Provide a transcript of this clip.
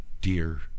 dear